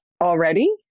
already